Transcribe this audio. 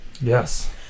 Yes